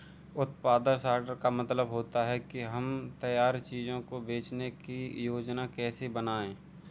उत्पादन सॉर्टर का मतलब होता है कि हम तैयार चीजों को बेचने की योजनाएं कैसे बनाएं